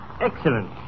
Excellent